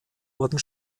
wurden